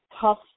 tough